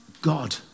God